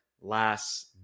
last